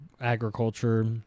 agriculture